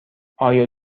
آیا